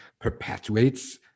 perpetuates